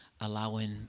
allowing